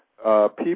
People